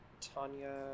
Tanya